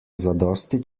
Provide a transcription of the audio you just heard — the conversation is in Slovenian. zadosti